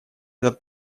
этот